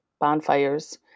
bonfires